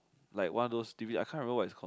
like one of those t_v I can't remember what it's called